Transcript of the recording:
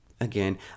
Again